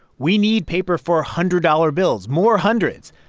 we need paper for hundred-dollar bills more hundreds.